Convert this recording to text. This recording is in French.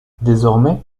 désormais